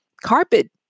carpet